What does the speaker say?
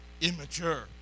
immature